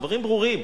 דברים ברורים.